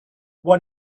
what